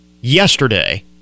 yesterday